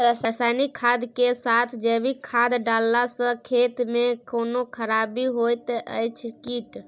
रसायनिक खाद के साथ जैविक खाद डालला सॅ खेत मे कोनो खराबी होयत अछि कीट?